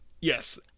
yes